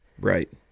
Right